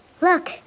look